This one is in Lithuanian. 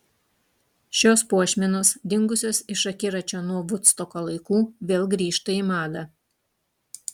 šios puošmenos dingusios iš akiračio nuo vudstoko laikų vėl grįžta į madą